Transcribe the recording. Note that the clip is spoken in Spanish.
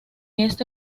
este